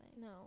no